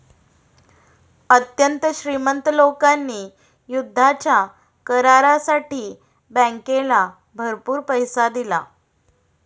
अत्यंत श्रीमंत लोकांनी युद्धाच्या करारासाठी बँकेला भरपूर पैसा दिला